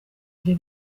ibyo